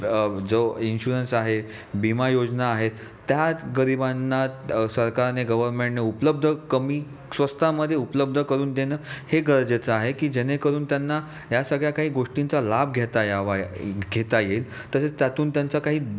जो इन्शुरन्स आहे बिमा योजना आहेत त्या गरिबांना सरकारने गव्हरमेंटने उपलब्ध कमी स्वस्तामध्ये उपलब्ध करून देणं हे गरजेचं आहे की जेणेकरून त्यांना ह्या सगळ्या काही गोष्टींचा लाभ घेता यावा घेता येईल तसंच त्यातून त्यांचा काही